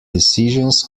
decisions